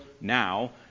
now